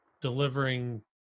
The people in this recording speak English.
delivering